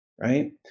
Right